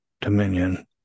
dominion